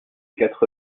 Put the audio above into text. quatre